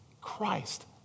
Christ